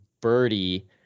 birdie